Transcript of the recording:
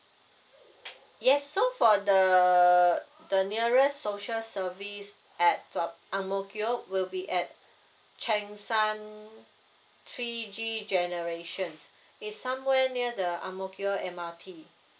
yes so for the the nearest social service at the ang mo kio will be at cheng san three G generations is somewhere near the ang mo kio M R T